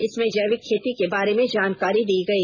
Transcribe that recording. इसमें जैविक खेती के बारे में जानकारी दी गई